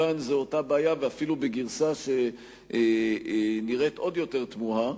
כאן זו אותה בעיה ואפילו בגרסה שנראית עוד יותר תמוהה,